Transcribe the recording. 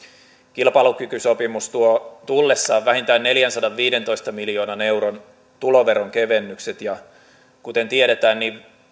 kilpailukykysopimus tuo tullessaan vähintään neljänsadanviidentoista miljoonan euron tuloveron kevennykset ja kuten tiedetään